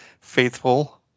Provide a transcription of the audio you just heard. faithful